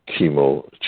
chemo